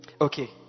Okay